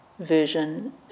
Version